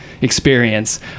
experience